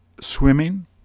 swimming